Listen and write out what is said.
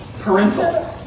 parental